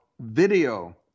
video